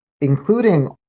including